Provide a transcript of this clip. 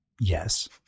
yes